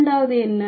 இரண்டாவது என்ன